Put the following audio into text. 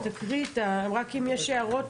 יש הערות